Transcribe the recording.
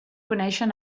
conèixer